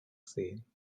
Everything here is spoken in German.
sehen